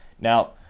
Now